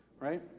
right